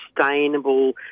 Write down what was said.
sustainable